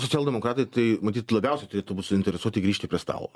socialdemokratai tai matyt labiausiai turėtų būti suinteresuoti grįžti prie stalo